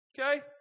okay